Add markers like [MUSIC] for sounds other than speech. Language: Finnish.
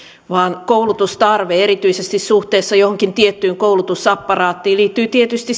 vaan koulutustarve erityisesti suhteessa johonkin tiettyyn koulutusaparaattiin liittyy tietysti [UNINTELLIGIBLE]